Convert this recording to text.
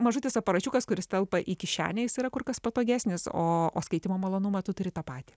mažutis aparačiukas kuris telpa į kišenę jis yra kur kas patogesnis o skaitymo malonumą tu turi tą patį